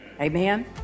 Amen